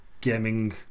gaming